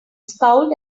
scowled